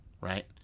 right